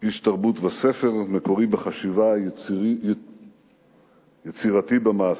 איש תרבות וספר, מקורי בחשיבה, יצירתי במעשה.